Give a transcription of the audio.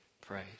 praise